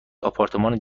آپارتمان